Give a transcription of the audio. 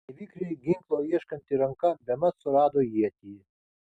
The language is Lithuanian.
nevikriai ginklo ieškanti ranka bemat surado ietį